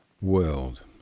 world